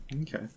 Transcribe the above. okay